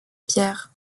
pierre